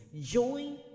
Join